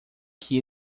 que